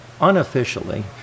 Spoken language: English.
unofficially